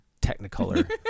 Technicolor